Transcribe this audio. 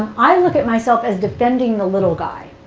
i look at myself as defending the little guy,